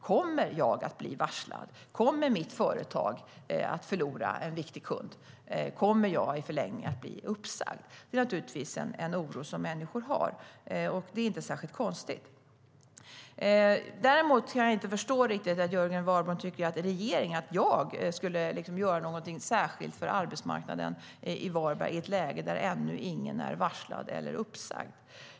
Kommer jag att bli varslad? Kommer mitt företag att förlora en viktig kund? Kommer jag i förlängningen att bli uppsagd? Det är naturligtvis en oro som människor har. Det är inte särskilt konstigt. Däremot kan jag inte riktigt förstå att Jörgen Warborn tycker att regeringen och jag ska göra någonting särskilt för arbetsmarknaden i Varberg i ett läge där ännu ingen är varslad eller uppsagd.